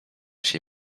się